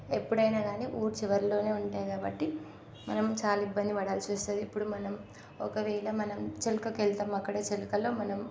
ఎప్పుడైనా కానీ ఊరి చివర్లోనే ఉంటాయి కాబట్టి మనం చాలా ఇబ్బంది పడాల్సి వస్తుంది ఇప్పుడు మనం ఒకవేళ మనం చెలక వెళ్తాం అక్కడ చెలకలో మనం